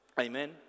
Amen